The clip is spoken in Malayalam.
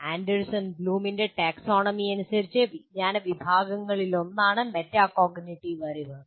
ആൻഡേഴ്സൺ ബ്ലൂമിന്റെ ടാക്സോണമി അനുസരിച്ച് വിജ്ഞാന വിഭാഗങ്ങളിലൊന്നാണ് മെറ്റാകോഗ്നിറ്റീവ് അറിവ്